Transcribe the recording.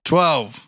Twelve